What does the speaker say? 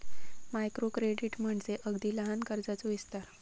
micro credit म्हणजे अगदी लहान कर्जाचो विस्तार